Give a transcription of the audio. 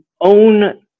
own